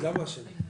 למה אשם?